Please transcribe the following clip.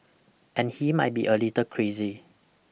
and he might be a little crazy